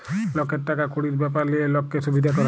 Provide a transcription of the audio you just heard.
লকের টাকা কুড়ির ব্যাপার লিয়ে লক্কে সুবিধা ক্যরে